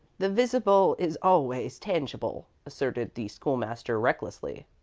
the visible is always tangible, asserted the school-master, recklessly.